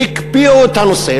הקפיאו את הנושא.